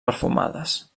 perfumades